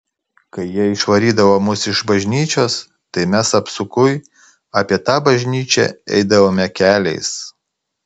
kai jie išvarydavo mus iš bažnyčios tai mes apsukui apie tą bažnyčią eidavome keliais